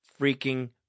freaking